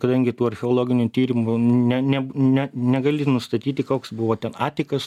kadangi tų archeologinių tyrimų ne ne ne negali nustatyti koks buvo ten atikas